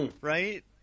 right